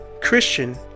Christian